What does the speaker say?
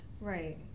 right